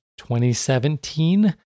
2017